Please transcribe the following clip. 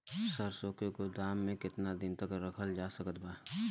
सरसों के गोदाम में केतना दिन तक रखल जा सकत बा?